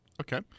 Okay